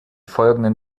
folgenden